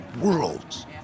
worlds